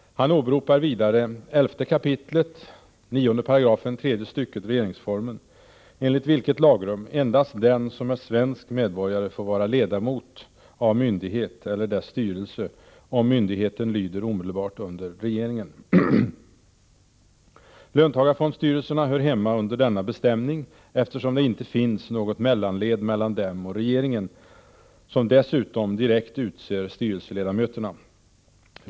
Han åberopar vidare 11 kap. 98 tredje stycket regeringsformen, enligt vilket lagrum endast den som är svensk medborgare får vara ledamot av myndighet eller dess styrelse, om myndigheten lyder omedelbart under regeringen. Löntagarfondsstyrelserna hör hemma under denna bestämning, eftersom det inte finns något mellanled mellan dem och regeringen, som dessutom direkt utser styrelseledamöterna.